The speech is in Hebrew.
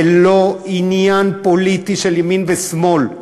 זה לא עניין פוליטי של ימין ושמאל,